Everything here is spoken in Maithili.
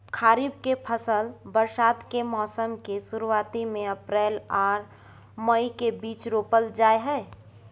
खरीफ के फसल बरसात के मौसम के शुरुआती में अप्रैल आर मई के बीच रोपल जाय हय